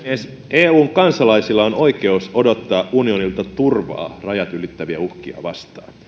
eun kansalaisilla on oikeus odottaa unionilta turvaa rajat ylittäviä uhkia vastaan